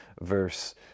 Verse